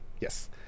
Yes